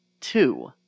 two